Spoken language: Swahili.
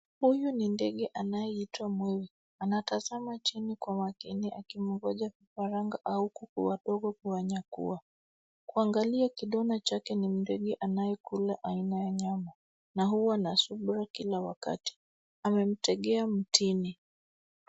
Huyu ni ndege anayeitwa mwewe. Anatazama chini kwa makini akimngoja kifaranga au kuku wadogo kuwanyakua. Kuangalia kidona chake ni mdege anaye kula aina ya nyama na huwa na subira kila wakati, amemtegea mtini.